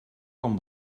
com